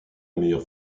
meilleure